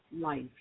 life